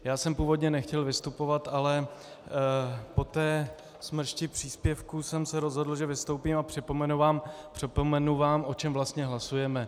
Já jsem původně nechtěl vystupovat, ale po té smršti příspěvků jsem se rozhodl, že vystoupím a připomenu vám, o čem vlastně hlasujeme.